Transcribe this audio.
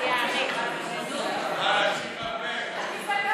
מתכבד לענות על הצעת החוק של חבר הכנסת יאיר לפיד